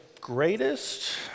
greatest